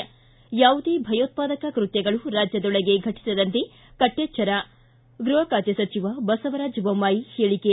ಿಗಿ ಯಾವುದೇ ಭಯೋತ್ವಾದಕ ಕೃತ್ಯಗಳು ರಾಜ್ಯದೊಳಗೆ ಫಟಿಸದಂತೆ ಕಟ್ಟೆಚ್ಚರ ಗೃಹ ಖಾತೆ ಸಚಿವ ಬಸವರಾಜ ಬೊಮ್ನಾಯಿ ಹೇಳಿಕೆ